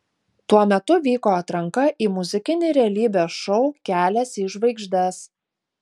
tuo metu vyko atranka į muzikinį realybės šou kelias į žvaigždes